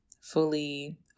fully